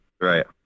Right